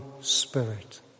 Spirit